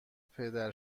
پدر